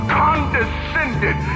condescended